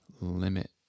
limit